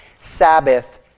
Sabbath